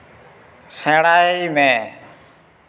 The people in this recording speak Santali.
ᱥᱮᱬᱟᱭ ᱢᱮ